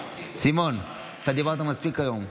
סימון, אתה דיברת מספיק היום.